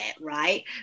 right